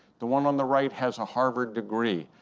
the one on the right has a harvard degree.